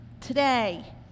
today